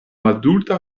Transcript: adulta